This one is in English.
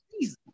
reason